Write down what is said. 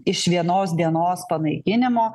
iš vienos dienos panaikinimo